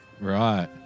Right